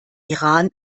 iran